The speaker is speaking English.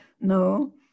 no